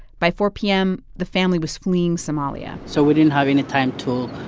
by four p m, the family was fleeing somalia so we didn't have any time to,